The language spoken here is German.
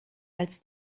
als